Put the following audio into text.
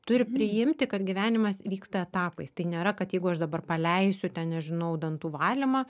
turi priimti kad gyvenimas vyksta etapais tai nėra kad jeigu aš dabar paleisiu ten nežinau dantų valymą